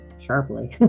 sharply